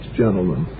gentlemen